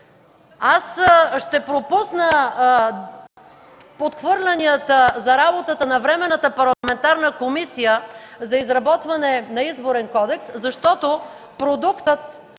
Ще пропусна подхвърлянията за работата на временната парламентарна Комисия за изработване на Изборен кодекс, защото продуктът,